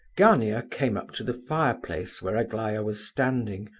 gania came up to the fireplace where aglaya was standing,